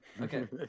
okay